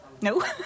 No